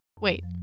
Wait